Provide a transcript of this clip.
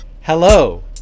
Hello